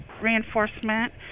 reinforcement